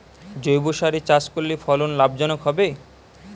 জৈবসারে চাষ করলে ফলন লাভজনক হবে?